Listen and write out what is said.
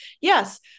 yes